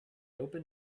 opened